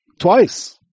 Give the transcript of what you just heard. Twice